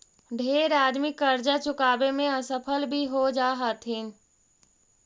ढेर आदमी करजा चुकाबे में असफल भी हो जा हथिन